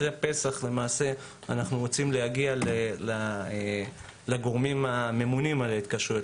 אנחנו רוצים להגיע לאחר פסח לגורמים הממונים על ההתקשרויות,